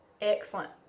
Excellent